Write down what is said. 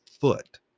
foot